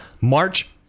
March